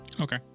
okay